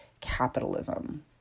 capitalism